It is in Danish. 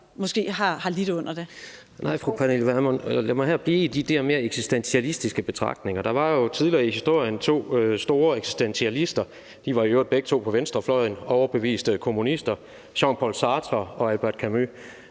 Jens Rohde (RV): Nej, fru Pernille Vermund. Lad mig her blive i de der mere eksistentialistiske betragtninger. Der var jo tidligere i historien to store eksistentialister – de var i øvrigt begge to på venstrefløjen, overbeviste kommunister – Jean Paul Sartre og Albert Camus.